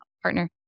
partner